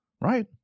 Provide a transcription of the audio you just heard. Right